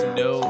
no